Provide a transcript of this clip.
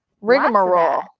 rigmarole